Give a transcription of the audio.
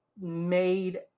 Made